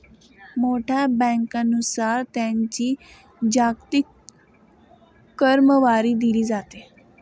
मोठ्या बँकांनुसार त्यांची जागतिक क्रमवारी दिली जाते